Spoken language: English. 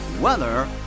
Weather